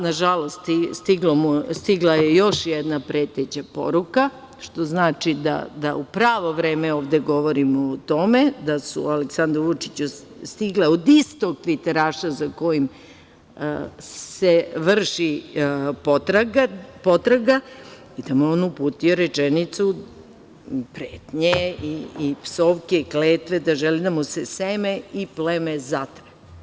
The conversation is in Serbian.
Nažalost, stigla je još jedna preteća poruka, što znači da u pravo vreme ovde govorimo o tome da su Aleksandru Vučiću stigle od istog tviteraša za kojim se vrši potraga i da mu je on uputio rečenicu pretnje i psovke i kletve, da želi da mu se seme i pleme zatre.